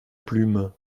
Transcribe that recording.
plume